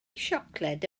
siocled